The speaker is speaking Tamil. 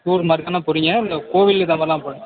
டூர் மாதிரிதான போகறிங்க இல்லை கோவில் இந்த மாதிரிலாம்